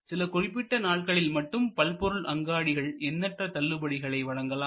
சில குறிப்பிட்ட நாட்களில் மட்டும் பல்பொருள் அங்காடிகள் எண்ணற்ற தள்ளுபடிகளை வழங்கலாம்